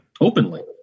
openly